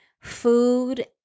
food